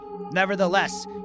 Nevertheless